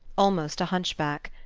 almost a hunchback.